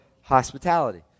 hospitality